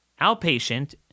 Outpatient